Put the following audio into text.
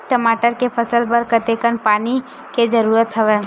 टमाटर के फसल बर कतेकन पानी के जरूरत हवय?